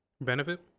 benefit